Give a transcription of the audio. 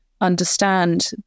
understand